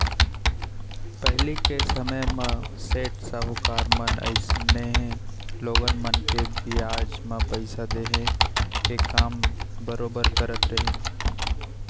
पहिली के समे म सेठ साहूकार मन अइसनहे लोगन मन ल बियाज म पइसा देहे के काम बरोबर करत रहिन